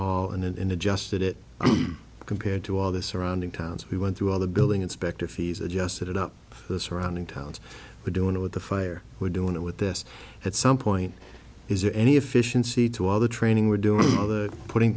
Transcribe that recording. hall and in adjusted it compared to all the surrounding towns we went through all the building inspector fees adjusted up the surrounding towns but doing it with the fire we're doing it with this at some point is there any efficiency to all the training we're doing other putting